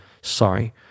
sorry